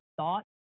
thought